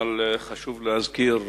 אבל חשוב להזכיר.